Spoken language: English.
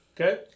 Okay